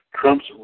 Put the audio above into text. Trump's